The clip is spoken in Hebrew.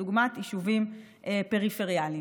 דוגמת יישובים פריפריאליים.